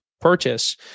purchase